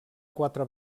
quatre